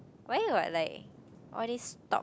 why you got like all this talk